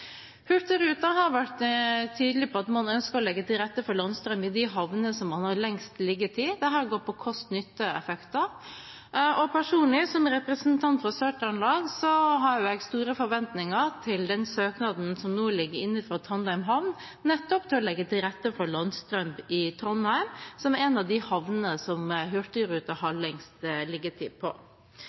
har vært tydelig på at man ønsker å legge til rette for landstrøm i de havnene man har lengst liggetid, dette handler om kost–nytte-effekter. Personlig, som representant for Sør-Trøndelag, har jeg store forventninger til søknaden som nå ligger inne fra Trondheim Havn nettopp om å legge til rette for landstrøm i Trondheim, som er en av de havnene der Hurtigruten har lengst